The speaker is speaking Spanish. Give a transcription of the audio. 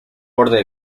borde